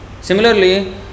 Similarly